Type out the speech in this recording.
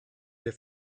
wir